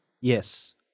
yes